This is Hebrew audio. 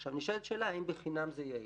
עכשיו נשאלת השאלה: האם זה חינם זה יעיל?